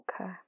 Okay